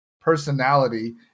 personality